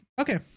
Okay